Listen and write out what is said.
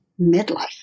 midlife